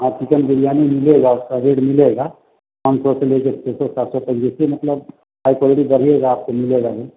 हाँ चिकन बिरयानी मिलेगा उसका रेट मिलेगा पाँच सौ से ले कर छः सौ चार सौ तक जैसे मतलब हाई क्वालिटी करिएगा आपको मिलेगा वो